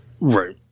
Right